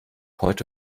heute